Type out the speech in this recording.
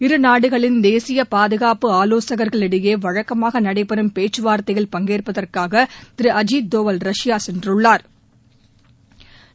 இருநாடுகளின் தேசிய பாதுகாப்பு ஆலோசகள்கள் இடையே வழக்கமாக நடைபெறும் பேச்சுவார்த்தையில் பங்கேற்பதற்காக திரு அஜித் தோவல் ரஷ்யா சென்றுள்ளாா்